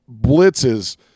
blitzes